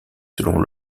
selon